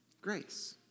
Grace